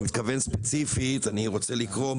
אני מתכוון ספציפית אני רוצה לקרוא,